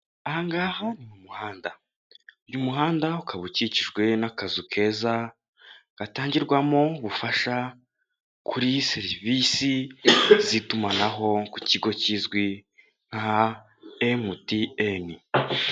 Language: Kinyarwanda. Aha ngaha ni mu muhanda, uyu muhanda ukaba ukikijwe n'akazu keza gatangirwamo ubufasha kuri serivisi z'itumanaho ku kigo kizwi nka MTN.